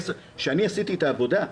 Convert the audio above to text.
עשר שנים כשאני עשיתי את העבודה,